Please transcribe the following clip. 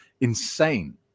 insane